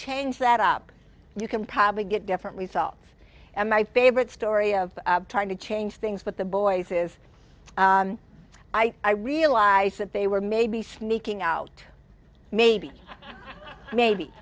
change that up you can probably get different results and my favorite story of trying to change things with the boys is i i realized that they were maybe sneaking out maybe maybe